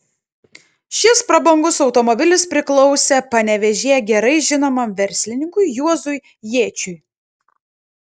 šis prabangus automobilis priklausė panevėžyje gerai žinomam verslininkui juozui jėčiui